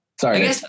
Sorry